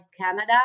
Canada